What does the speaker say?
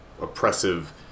oppressive